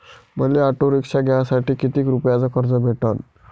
मले auto rickshaw घ्यासाठी कितीक रुपयाच कर्ज भेटनं?